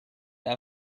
that